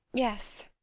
yes.